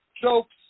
Jokes